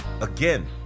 again